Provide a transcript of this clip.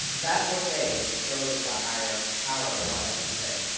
that's what they, those of the higher power want us to say.